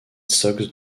sox